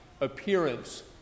appearance